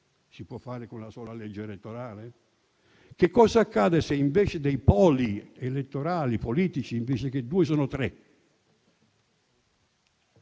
Si può fare con la sola legge elettorale? Cosa accade se i poli elettorali politici invece di due sono tre?